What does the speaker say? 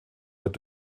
wird